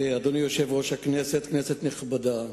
אדוני יושב-ראש הכנסת, כנסת נכבדה,